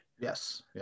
Yes